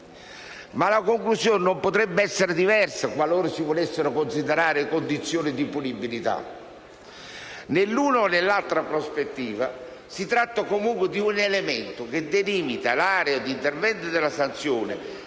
ma la conclusione non potrebbe essere diversa, qualora - si volessero considerare - condizioni di punibilità. Nell'una o nell'altra prospettiva, si tratta comunque di un elemento che delimita l'area d'intervento della sanzione